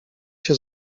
się